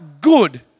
good